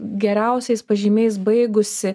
geriausiais pažymiais baigusi